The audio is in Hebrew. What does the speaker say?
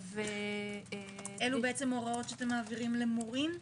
אלה הוראות שאתם מעבירים למורים?